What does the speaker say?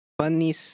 Funny